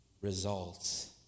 results